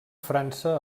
frança